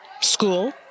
school